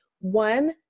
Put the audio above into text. one